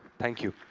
thank you.